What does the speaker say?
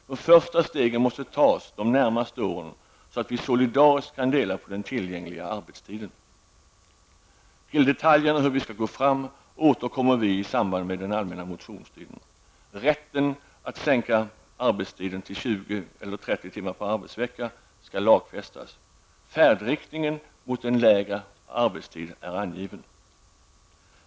De första stegen måste tas de närmaste åren, så att vi solidariskt kan dela på den tillgängliga arbetstiden. Till detaljerna om hur vi skall gå fram återkommer vi i samband med den allmänna motionstiden. Rätten att sänka arbetstiden till 20 Färdriktningen mot en lägre arbetstid är angiven.